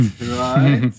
right